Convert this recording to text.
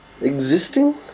existing